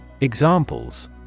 Examples